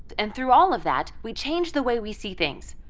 and through all of that, we change the way we see things.